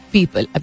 people